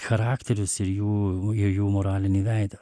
charakterius ir jų jų moralinį veidą